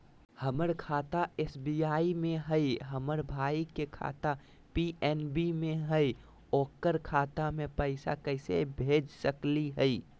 हमर खाता एस.बी.आई में हई, हमर भाई के खाता पी.एन.बी में हई, ओकर खाता में पैसा कैसे भेज सकली हई?